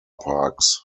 parks